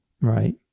right